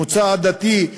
מוצא עדתי,